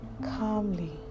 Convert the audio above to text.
calmly